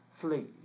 flee